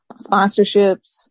sponsorships